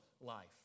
life